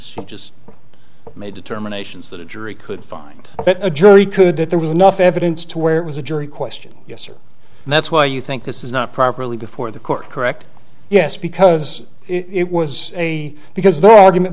what made determinations that a jury could find a jury could that there was enough evidence to where it was a jury question yes or that's why you think this is not properly before the court correct yes because it was a because the argument